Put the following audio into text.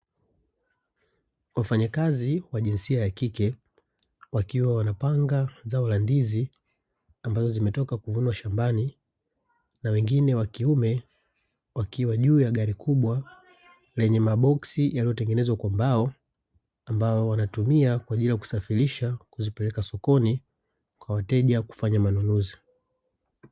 Wafanyakazi wa jinsia ya kike wakiwa wanapanga zao la ndizi ambazo zimetoka kuvunwa shambani, na wengine wa kiume wakiwa juu ya gari kubwa lenye maboksi yaliyotengenezwa kwa mbao; ambayo wanatumia kwa ajili ya kusafirisha, kuzipeleka sokoni kwa wateja kufanya manunuzi.